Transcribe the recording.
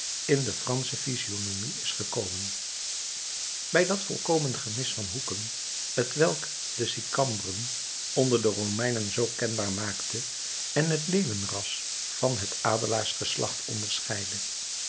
in de fransche physionomie is gekomen bij dat volkomen gemis van hoeken t welk de sicambren onder de romeinen zoo kenbaar maakte en het leeuwenras van het adelaarsgeslacht onderscheidt